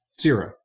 Zero